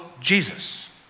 jesus